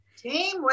Team